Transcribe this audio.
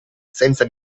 senza